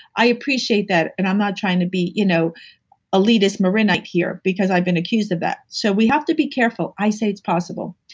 i appreciate that and i'm not trying to be an you know elitist marinite here because i've been accused of that so we have to be careful. i say it's possible.